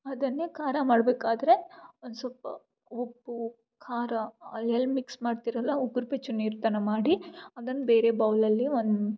ಅದನ್ನೇ ಖಾರ ಮಾಡ್ಬೇಕಾದರೆ ಒಂದು ಸ್ವಲ್ಪ ಉಪ್ಪು ಖಾರ ಎಲ್ಲ ಮಿಕ್ಸ್ ಮಾಡ್ತೀರಲ್ಲ ಉಗುರು ಬೆಚ್ಚ ನೀರು ತನಕ ಮಾಡಿ ಅದನ್ನು ಬೇರೆ ಬೌಲಲ್ಲಿ ಒಂದು